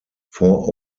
vor